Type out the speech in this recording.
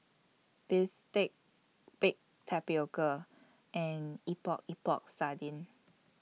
Bistake Baked Tapioca and Epok Epok Sardin